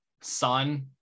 son